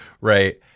Right